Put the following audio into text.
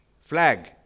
flag